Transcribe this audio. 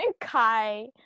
Kai